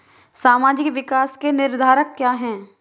सामाजिक विकास के निर्धारक क्या है?